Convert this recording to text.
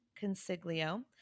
Consiglio